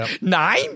Nine